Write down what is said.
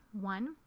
one